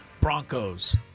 Broncos